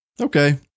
okay